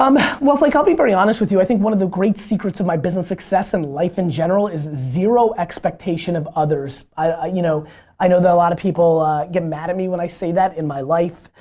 um wealth, like i'll be very honest with you i think one of the great secrets of my business success and life in general is zero expectation of others. i you know i know that a lot of people get mad at me when i say that in my life,